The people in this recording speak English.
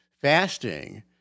Fasting